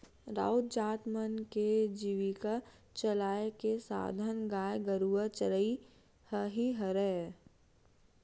राउत जात मन के जीविका चलाय के साधन गाय गरुवा चरई ह ही हरय